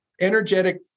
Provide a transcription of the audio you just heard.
energetic